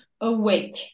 awake